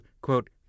quote